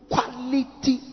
quality